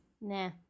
Nah